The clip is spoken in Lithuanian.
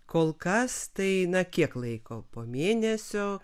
kol kas tai na kiek laiko po mėnesio